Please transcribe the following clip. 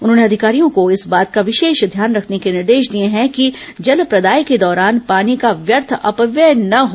उन्होंने अधिकारियों को इस बात का विशेष ध्यान रखने के निर्देश दिए हैं कि जल प्रदाय के दौरान पानी का व्यर्थ अपव्यय न हो